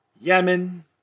Yemen